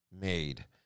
made